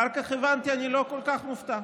אחר כך הבנתי שאני לא כל כך מופתע,